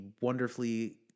wonderfully